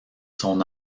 son